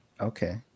Okay